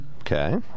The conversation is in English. Okay